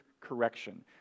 correction